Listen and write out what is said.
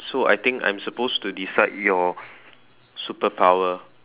so I think I'm supposed to decide your superpower